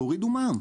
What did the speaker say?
תורידו מע"מ.